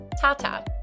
Tata